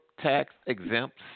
tax-exempt